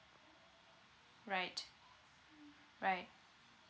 right right